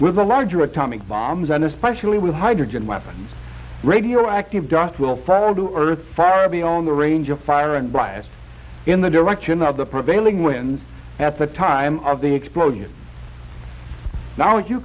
with the larger atomic bombs and especially with hydrogen weapons radioactive dust will settle to earth far beyond the range of fire and biased in the direction of the prevailing winds at the time of the explosion now